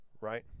right